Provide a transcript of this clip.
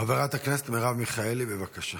חברת הכנסת מרב מיכאלי, בבקשה.